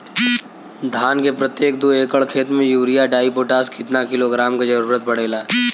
धान के प्रत्येक दो एकड़ खेत मे यूरिया डाईपोटाष कितना किलोग्राम क जरूरत पड़ेला?